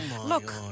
Look